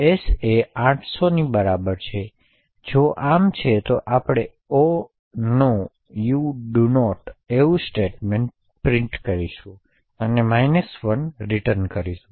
S એ 80૦ ની બરાબર છે જો આમ છે તો આપણે Oh no you do not એવું સ્ટેટમેન્ટ છાપીશું અને 1 રિટર્ન કરીશું